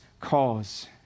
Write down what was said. cause